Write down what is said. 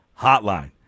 Hotline